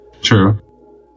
True